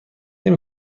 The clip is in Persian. نمی